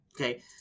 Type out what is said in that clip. Okay